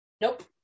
Nope